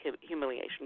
humiliation